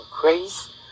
grace